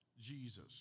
Jesus